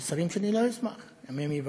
יש שרים שאני לא אשמח אם הם יבקרו.